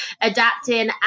adapting